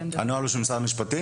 הנוהל הזה הוא של משרד המשפטים?